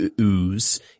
ooze